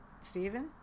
Stephen